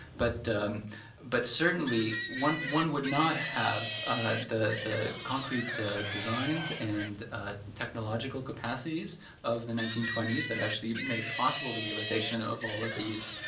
but but certainly, one one would not have the concrete designs and technological capacities of the nineteen twenty s that actually made possible the realization of all of these